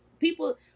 people